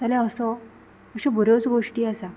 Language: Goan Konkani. जाल्यार असो अश्यो बऱ्योच गोश्टी आसा